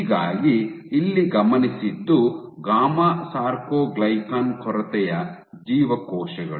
ಹೀಗಾಗಿ ಇಲ್ಲಿ ಗಮನಿಸಿದ್ದು ಗಾಮಾ ಸಾರ್ಕೊಗ್ಲಿಕನ್ ಕೊರತೆಯ ಜೀವಕೋಶಗಳು